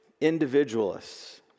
individualists